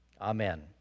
Amen